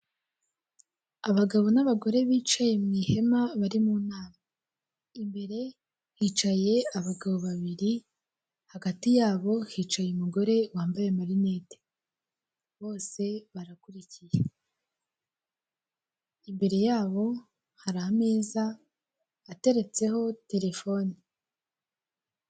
Abagabo n'abagore bicaye mu ihema bari mu nama imbere hicaye abagabo babiri hagati yabo hicaye umugore wambaye amarinete bose barakurikiye, imbere yabo hari ameza ateretseho terefoni.